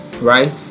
right